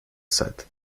sad